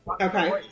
Okay